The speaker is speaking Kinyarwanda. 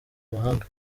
mahanga